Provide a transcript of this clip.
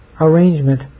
arrangement